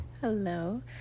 Hello